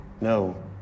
No